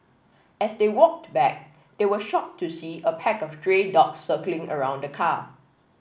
as they walked back they were shocked to see a pack of stray dogs circling around the car